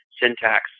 syntax